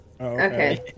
Okay